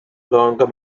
longer